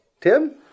Tim